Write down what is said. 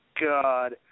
God